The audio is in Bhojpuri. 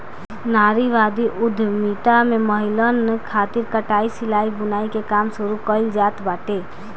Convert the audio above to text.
नारीवादी उद्यमिता में महिलन खातिर कटाई, सिलाई, बुनाई के काम शुरू कईल जात बाटे